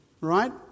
right